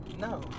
No